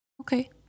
Okay